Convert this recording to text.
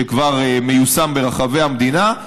שכבר מיושם ברחבי המדינה,